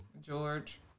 George